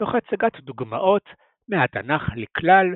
תוך הצגת דוגמאות מהתנ"ך לכלל,